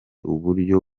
uburyo